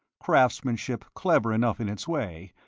craftsmanship clever enough in its way,